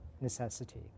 necessity